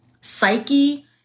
psyche